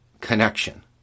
connection